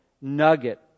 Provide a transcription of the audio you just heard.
nugget